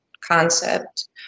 concept